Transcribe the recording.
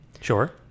Sure